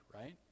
right